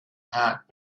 heart